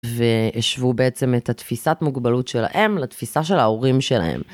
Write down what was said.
והשוו בעצם את התפיסת מוגבלות שלהם לתפיסה של ההורים שלהם.